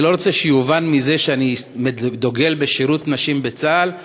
אני לא רוצה שיובן מזה שאני דוגל בשירות נשים בצה"ל.